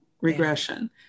regression